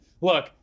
Look